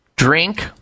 Drink